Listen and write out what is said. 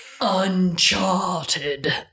Uncharted